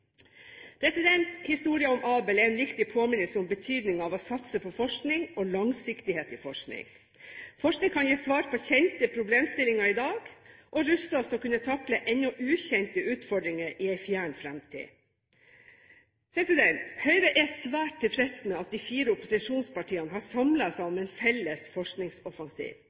om Abel er en viktig påminnelse om betydningen av å satse på forskning og langsiktighet i forskning. Forskning kan gi svar på kjente problemstillinger i dag og ruste oss til å kunne takle ennå ukjente utfordringer i en fjern fremtid. Høyre er svært tilfreds med at de fire opposisjonspartiene har samlet seg om en felles forskningsoffensiv.